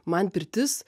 man pirtis